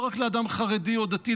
לא רק לאדם חרדי או דתי,